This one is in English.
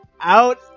out